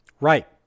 Right